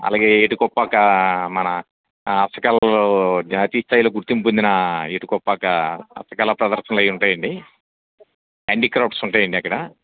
అలాగే ఏటికొప్పాక మన హస్తకళలకు జాతీయ స్థాయిలో గుర్తిం పొందిన ఏటికొప్పాక హస్తకళ ప్రదర్శనలు అవి ఉంటాయి అండి హండీక్రాఫ్ట్స్ ఉంటాయి అండి అక్కడ